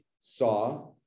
saw